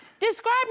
Describe